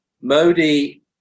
Modi